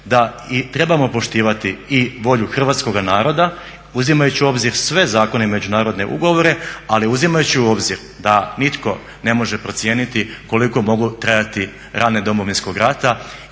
da trebamo poštivati i volju hrvatskoga naroda uzimajući u obzir i sve zakone i međunarodne ugovore, ali uzimajući u obzir da nitko ne može procijeniti koliko mogu trajati rane Domovinskog rada